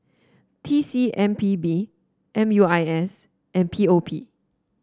T C M P B M U I S and P O P